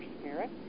spirit